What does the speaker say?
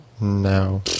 No